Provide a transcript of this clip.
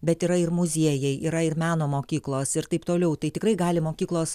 bet yra ir muziejai yra ir meno mokyklos ir taip toliau tai tikrai gali mokyklos